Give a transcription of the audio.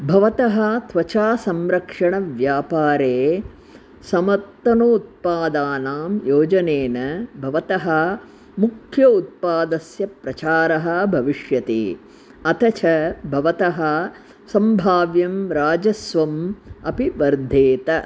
भवतः त्वचा संरक्षण व्यापारे समर्थनोत्पादानां योजनेन भवतः मुख्य उत्पादस्य प्रचारः भविष्यति अतः च भवतः सम्भाव्यं राजस्वम् अपि वर्धेत